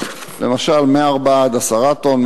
למשל מ-4 עד 10 טונות,